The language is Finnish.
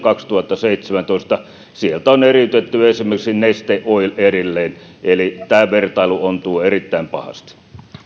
ja kaksituhattaseitsemäntoista sieltä on eriytetty esimerkiksi neste oil erilleen eli tämä vertailu ontuu erittäin pahasti